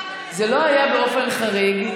זה לא היה באופן חריג,